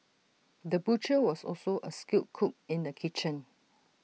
the butcher was also A skilled cook in the kitchen